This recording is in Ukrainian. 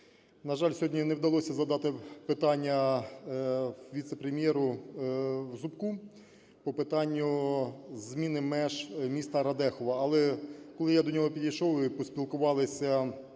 На жаль, сьогодні не вдалося задати питання віце-прем'єру Зубку по питанню зміни меж міста Радехова. Але коли я до нього підійшов і поспілкувалися